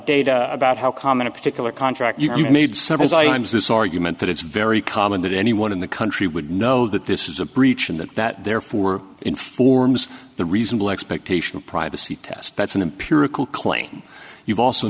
data about how common a particular contract you've made several times this argument that it's very common that anyone in the country would know that this is a breach and that that therefore informs the reasonable expectation of privacy test that's an empirical claim you've also